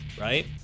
right